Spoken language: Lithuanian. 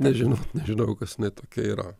nežinau nežinojau kas jinai tokia yra